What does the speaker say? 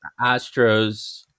Astros